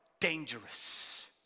dangerous